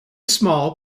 small